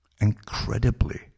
Incredibly